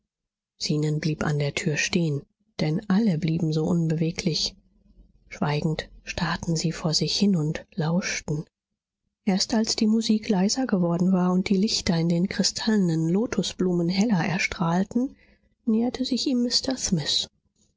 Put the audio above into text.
zenon blieb an der tür stehen denn alle blieben so unbeweglich schweigend starrten sie vor sich hin und lauschten erst als die musik leiser geworden war und die lichter in den kristallenen lotosblumen heller erstrahlten näherte sich ihm mr smith